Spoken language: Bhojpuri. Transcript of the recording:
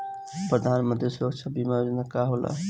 प्रधानमंत्री सुरक्षा बीमा योजना का होला?